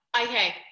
okay